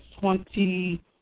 twenty